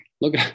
Look